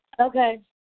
Okay